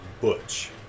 Butch